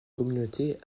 communauté